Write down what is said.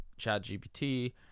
ChatGPT